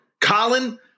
Colin